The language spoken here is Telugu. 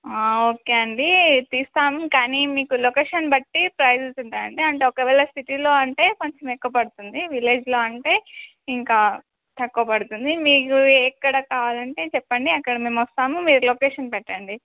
ఓకే అండి తీస్తాము కానీ మీకు లొకేషన్ బట్టి ప్రైజెస్ ఉంటాయండి అంటే ఒకవేళ సిటీలో అంటే కొంచెం ఎక్కువ పడుతుంది విలేజ్ అంటే ఇంకా తక్కువ పడుతుంది మీకు ఎక్కడ కావాలంటే చెప్పండి అక్కడ మేము వస్తాము మీరు లొకేషన్ పెట్టండి